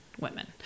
women